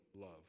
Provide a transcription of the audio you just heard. love